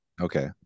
okay